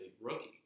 rookie